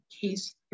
case